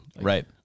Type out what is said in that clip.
Right